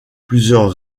plusieurs